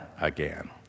again